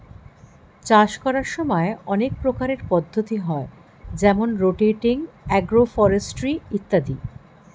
চাষ করার সময় অনেক প্রকারের পদ্ধতি হয় যেমন রোটেটিং, এগ্রো ফরেস্ট্রি ইত্যাদি